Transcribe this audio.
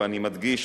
ואני מדגיש,